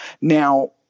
now